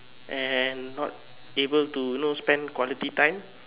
and not able to you know spend quality time